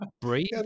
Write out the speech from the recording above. breathe